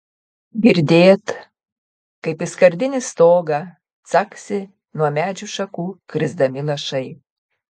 girdėt kaip į skardinį stogą caksi nuo medžių šakų krisdami lašai